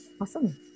Awesome